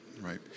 right